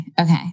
Okay